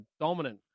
dominant